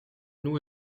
nous